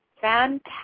Fantastic